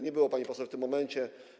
Nie było pani poseł w tym momencie.